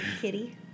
kitty